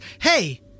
Hey